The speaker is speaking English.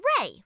Ray